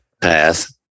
path